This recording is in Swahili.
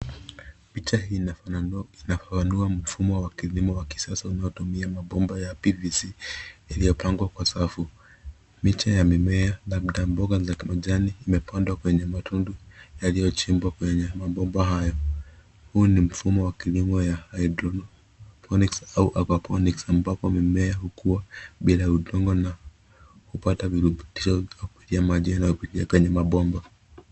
Picha hii inafafanua mfumo wa kilimo wa kisasa unaotumia mabomba ya PVC iliyopangwa kwa safu. Miche ya mimea labda mboga za kimajani imepandwa kwenye matundu yaliyochimbwa kwenye mabomba hayo. Huu ni mfumo wa kilimo ya hydroponics au aeroponics ambapo mimea hukua bila udongo na hupata virutubisho kwa kupitia maji yanayopitia kwenye mabomba.